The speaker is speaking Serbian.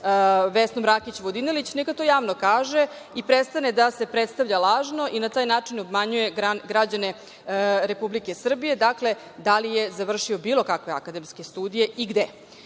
Vesnom Rakić Vodinelić, neka to javno kaže i prestane da se predstavlja lažno i na taj način obmanjuje građane Republike Srbije. Dakle, da li je završio bilo kakve akademske studije i